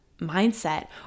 mindset